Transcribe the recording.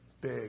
big